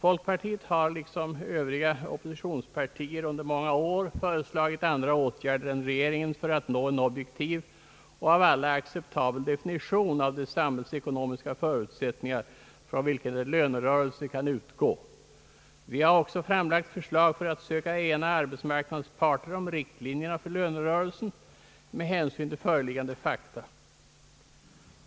Folkpartiet har, liksom övriga oppositionspartier, under många år föreslagit andra åtgärder än regeringens för att nå en objektiv och för alla acceptabel definition av de samhällsekonomiska förutsättningar från vilka en lönerörelse kan utgå. Vi har också fram lagt förslag för att söka ena arbetsmarknadens parter om riktlinjerna för lönerörelsen med hänsyn till föreliggande fakta.